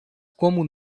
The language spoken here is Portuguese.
como